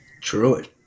Truly